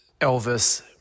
Elvis